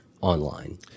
online